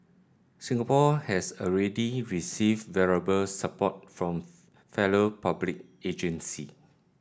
Singapore has already received valuable support from fellow public agency